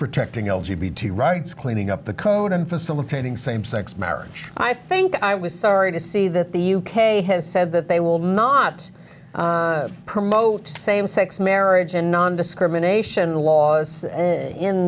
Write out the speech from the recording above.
protecting l g b to rights cleaning up the code and facilitating same sex marriage i think i was sorry to see that the u k has said that they will not promote same sex marriage and nondiscrimination laws in